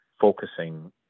focusing